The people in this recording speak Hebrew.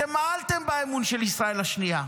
אתם מעלתם באמון של ישראל השנייה,